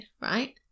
right